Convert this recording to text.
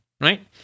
right